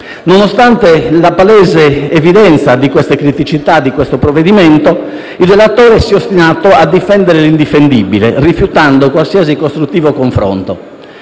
Nonostante la palese evidenza di queste criticità del provvedimento, il relatore si è ostinato a difendere l'indifendibile, rifiutando qualsiasi costruttivo confronto.